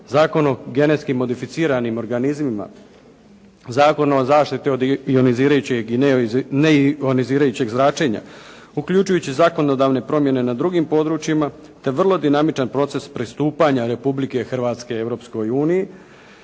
Zakon o genetski modificiranim organizmima, Zakon o zaštiti od ionizirajućeg i neionizirajućeg zračenja uključujući zakonodavne promjene na drugim područjima te vrlo dinamičan proces pristupanja Republike Hrvatske